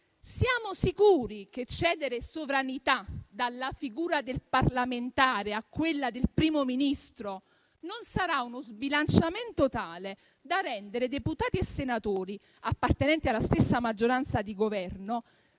siamo sicuri che cedere sovranità dalla figura del parlamentare a quella del Primo Ministro non sarà uno sbilanciamento tale da rendere deputati e senatori, appartenenti alla stessa maggioranza di Governo,